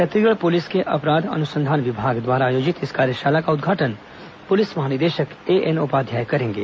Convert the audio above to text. Chhattisgarh police के अपराध अनुसंधान विभाग द्वारा आयोजित इस कार्यशाला का उद्घाटन पुलिस महानिदेशक एएन उपाध्याय करेंगे